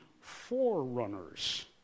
forerunners